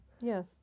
Yes